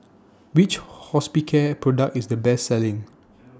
Which Hospicare Product IS The Best Selling